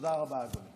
תודה רבה, אדוני.